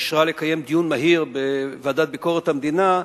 אישרה לקיים דיון מהיר בוועדת ביקורת המדינה.